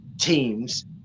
teams